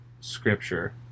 scripture